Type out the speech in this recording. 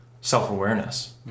self-awareness